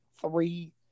three